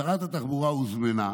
שרת התחבורה הוזמנה,